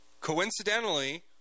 coincidentally